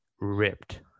ripped